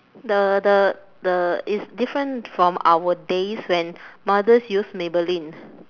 the the the it's different from our days when mothers use maybelline